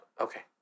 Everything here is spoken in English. Okay